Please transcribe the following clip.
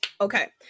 Okay